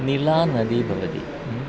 निला नदी भवति